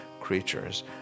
creatures